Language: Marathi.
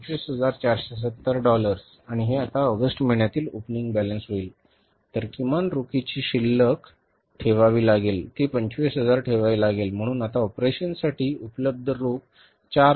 25470 डॉलर्स आणि हे आता ऑगस्ट महिन्यातील opening balance होईल तर किमान रोखीची शिल्लक ठेवावी लागेल ती 25000 ठेवावी लागेल म्हणून आता ऑपरेशन्ससाठी उपलब्ध रोख 470000 उपलब्ध आहे